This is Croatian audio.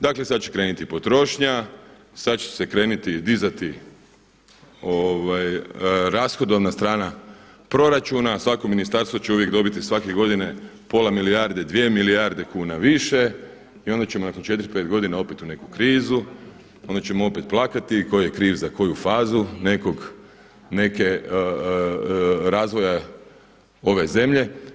Dakle sada će krenuti potrošnja, sada će se kreniti dizati rashodovna strana proračuna, svako ministarstvo će uvijek dobiti svake godine pola milijarde, dvije milijarde kuna više i onda ćemo nakon četiri, pet godina opet u neku krizu, onda ćemo opet plakati, tko je kriv za koju fazu neke razvoja ove zemlje.